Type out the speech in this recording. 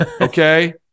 Okay